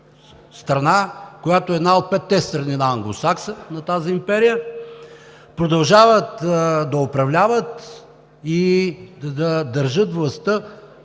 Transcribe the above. страна, която е една от петте страни на англосакса, на тази империя, продължават да управляват и да държат властта